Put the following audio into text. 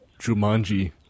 Jumanji